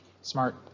smart